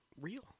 real